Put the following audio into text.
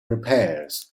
repairs